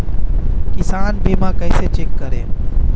किसान बीमा कैसे चेक करें?